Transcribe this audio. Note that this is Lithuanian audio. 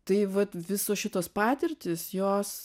tai vat visos šitos patirtys jos